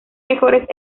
mejores